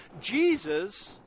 Jesus